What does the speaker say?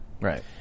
Right